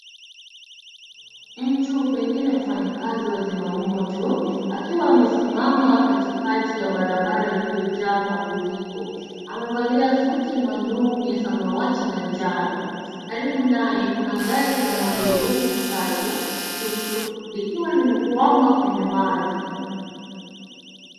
Mtu pengine fanyakazi wa zima moto, akiwa amesimama katikati ya barabara iliyojaa mafuriko. Amevalia suti maalum ya samawati na njano. Karibu naye, kuna gari la magurudumu matatu, tuktuk, likiwa limekwama kwenye maji.